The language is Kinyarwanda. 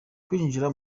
kwinjira